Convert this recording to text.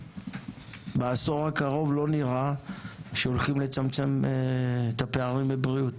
בעשור הקרוב לא נראה שהולכים לצמצם את הפערים בבריאות,